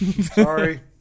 sorry